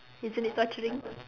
isn't it torturing